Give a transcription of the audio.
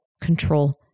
control